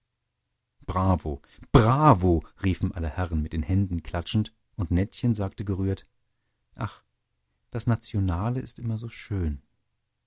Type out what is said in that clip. bravo bravo riefen alle herren mit den händen klatschend und nettchen sagte gerührt ach das nationale ist immer so schön